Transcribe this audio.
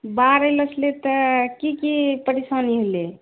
बाढ़ एलो छलै तऽ की की परेशानी भेलै